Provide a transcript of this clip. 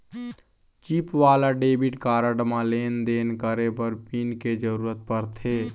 chip वाला debit card म लेन देन करे बर पिन के जरूरत परथे